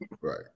right